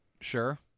Sure